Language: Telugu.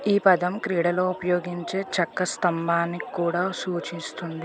ఈ పదం క్రీడలో ఉపయోగించే చెక్క స్తంభాన్ని కూడా సూచిస్తుంది